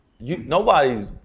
nobody's